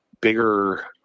bigger